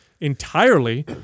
entirely